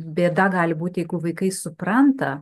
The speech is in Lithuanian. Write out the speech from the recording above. bėda gali būti jeigu vaikai supranta